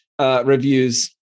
reviews